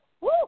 Woo